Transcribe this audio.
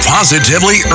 Positively